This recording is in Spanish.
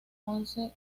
once